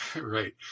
Right